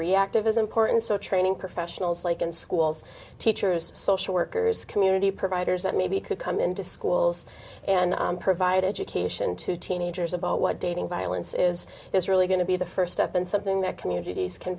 reactive is important so training professionals like in schools teachers social workers community providers that maybe could come into schools and provide education to teenagers about what dating violence is is really going to be the first step and something that communities can